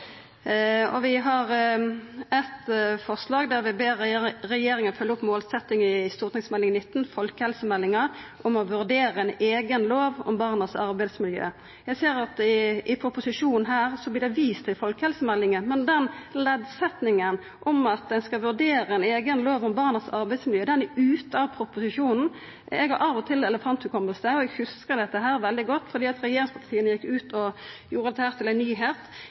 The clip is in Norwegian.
overgrep. Vi har eit forslag der vi ber regjeringa følgja opp målsetjinga i Meld. St. 19 for 2014–2015, folkehelsemeldinga, om å vurdera ei eiga lov om barns arbeidsmiljø. Eg ser at i proposisjonen her så vert det vist til folkehelsemeldinga, men leddsetninga om at ein skal vurdera ei eiga lov om barns arbeidsmiljø, er ute av proposisjonen. Eg har av og til elefanthukommelse, og eg hugsar dette veldig godt fordi regjeringspartia gjekk ut og gjorde dette til ei nyheit. Eg synest det